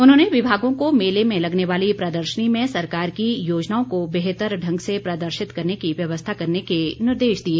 उन्होंने विभागों को मेले में लगने वाली प्रदर्शनी में सरकार की योजनाओं को बेहतर ढंग से प्रदर्शित करने की व्यवस्था करने के निर्देश दिए